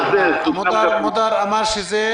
מודאר אמר שזה